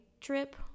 trip